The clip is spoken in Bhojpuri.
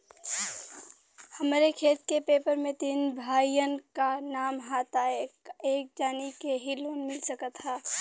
हमरे खेत के पेपर मे तीन भाइयन क नाम ह त का एक जानी के ही लोन मिल सकत ह?